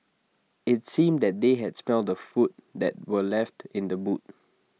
IT seemed that they had smelt the food that were left in the boot